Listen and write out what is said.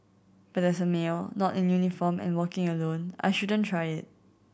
but as a male not in uniform and working alone I shouldn't try it